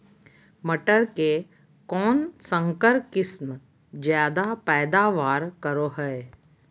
मटर के कौन संकर किस्म जायदा पैदावार करो है?